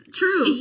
true